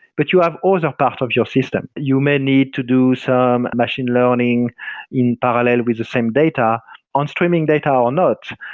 but you have all the ah part of your system you may need to do some machine learning in parallel with the same data on streaming data or not.